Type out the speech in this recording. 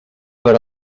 per